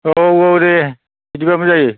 औ औ दे बिदिबाबो जायो